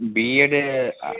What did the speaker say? B ed